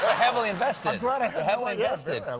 heavily invested. but heavily invested.